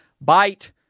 bite